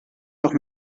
doch